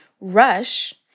rush